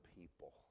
people